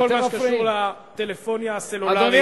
בכל מה שקשור לטלפוניה הסלולרית.